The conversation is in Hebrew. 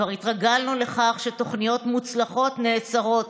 כבר התרגלנו לכך שתוכניות מוצלחות נעצרות.